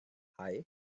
hei